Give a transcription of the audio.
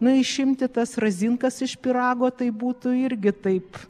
na išimti tas razinkas iš pyrago tai būtų irgi taip